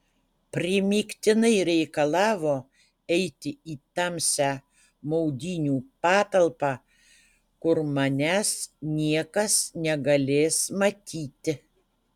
primygtinai reikalavo eiti į tamsią maudynių patalpą kur manęs niekas negalės matyti